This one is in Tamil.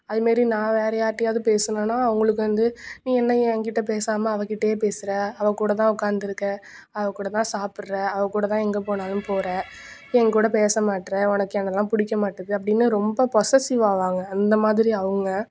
அதுமாரி நான் வேறு யார்டயாவுது பேசினனா அவங்களுக்கு வந்து நீ என்ன என்கிட்ட பேசாமல் அவள்கிட்டையே பேசுற அவள் கூட தான் உக்காந்துருக்க அவள் கூட தான் சாப்பிட்ற அவள் கூட தான் எங்கே போனாலும் போகிற என்கூட பேச மாட்டுற உனக்கு எங்களெலாம் பிடிக்க மாட்டுது அப்படின்னு ரொம்ப பொஸசிவ் ஆவாங்க அந்த மாதிரி அவங்க